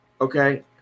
Okay